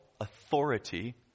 authority